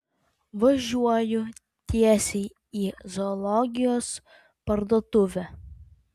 važiuoju tiesiai į zoologijos parduotuvę